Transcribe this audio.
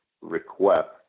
request